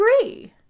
agree